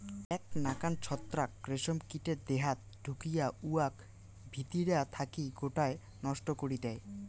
এ্যাক নাকান ছত্রাক রেশম কীটের দেহাত ঢুকিয়া উয়াক ভিতিরা থাকি গোটায় নষ্ট করি দ্যায়